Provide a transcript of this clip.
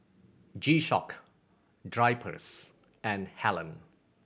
G Shock Drypers and Helen